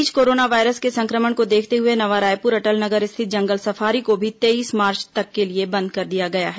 इस बीच corona virus के संक्रमण को देखते हुए नवा रायपुर अटल नगर स्थित जंगल सफारी को भी तेईस मार्च तक के लिए बंद कर दिया गया है